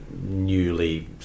newly